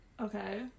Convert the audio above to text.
Okay